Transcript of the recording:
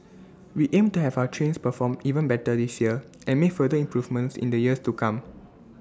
we aim to have our trains perform even better this year and make further improvements in the years to come